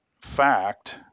fact